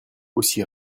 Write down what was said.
aussi